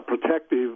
protective